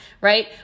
right